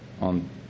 on